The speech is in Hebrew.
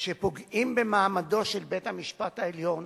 שפוגעים במעמדו של בית-המשפט העליון,